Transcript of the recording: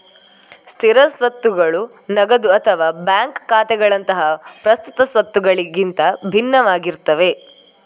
ಸ್ಥಿರ ಸ್ವತ್ತುಗಳು ನಗದು ಅಥವಾ ಬ್ಯಾಂಕ್ ಖಾತೆಗಳಂತಹ ಪ್ರಸ್ತುತ ಸ್ವತ್ತುಗಳಿಗಿಂತ ಭಿನ್ನವಾಗಿರ್ತವೆ